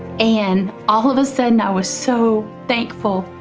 and all of a sudden i was so thankful.